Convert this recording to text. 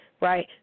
Right